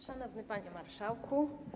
Szanowny Panie Marszałku!